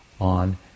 on